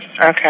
Okay